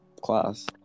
class